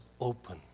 open